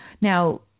Now